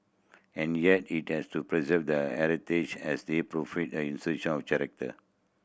and yet it has to preserve the heritage as they provide an of character